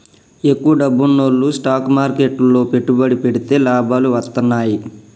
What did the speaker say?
ఎక్కువ డబ్బున్నోల్లు స్టాక్ మార్కెట్లు లో పెట్టుబడి పెడితే లాభాలు వత్తన్నయ్యి